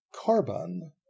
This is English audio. carbon